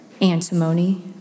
antimony